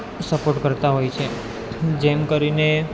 support કરતાં હોય છે જેમ કરીને